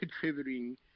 contributing